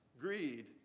Greed